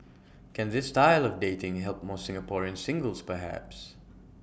can this style of dating help more Singaporean singles perhaps